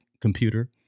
computer